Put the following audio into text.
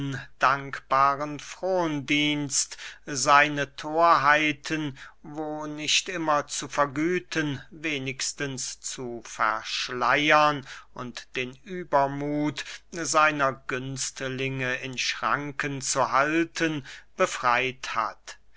undankbaren frohndienst seine thorheiten wo nicht immer zu vergüten wenigstens zu verschleiern und den übermuth seiner günstlinge in schranken zu halten befreyt hat